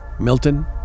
Milton